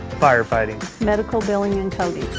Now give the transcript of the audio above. firefighting, medical billing and coding,